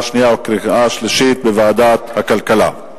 שנייה ולקריאה שלישית בוועדת הכלכלה.